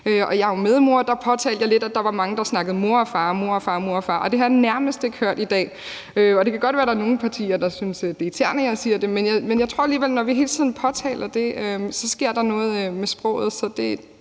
Jeg er jo medmor, og der påtalte jeg lidt, at der var mange, der snakkede om mor og far, og det har jeg nærmest ikke hørt i dag. Og det kan godt være, at man i nogle partier synes, det er irriterende, at jeg siger det, men jeg tror alligevel, at når vi hele tiden påtaler det, sker der noget med sproget.